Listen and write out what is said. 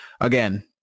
again